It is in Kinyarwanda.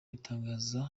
itangaza